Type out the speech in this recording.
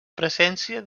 presència